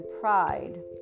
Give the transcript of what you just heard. pride